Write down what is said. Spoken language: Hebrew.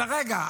עד הרגע,